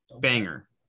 banger